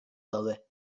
daude